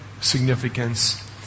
significance